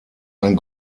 ein